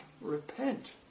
repent